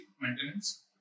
maintenance